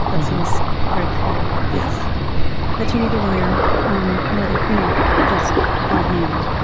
that seems very clear that this that you need a lawyer um whether you know just on hand.